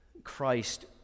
Christ